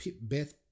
Beth